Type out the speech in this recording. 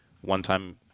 one-time